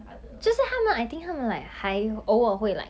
orh not like ours ah indefinite 的 until